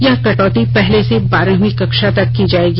यह कटौती पहली से बारहवीं कक्षा तक की जायेगी